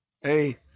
Hey